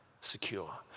secure